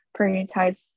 prioritize